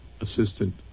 assistant